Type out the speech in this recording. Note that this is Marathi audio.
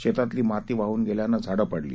शेतातली माती वाहन गेल्यानं झाडं पडली